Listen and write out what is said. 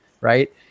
right